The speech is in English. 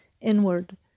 inward